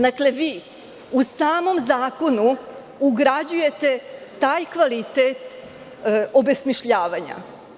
Dakle, vi u samom zakonu ugrađujete taj kvalitet obesmišljavanja.